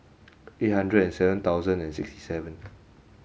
eight hundred and seven thousand and sixty seven